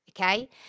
okay